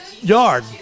yard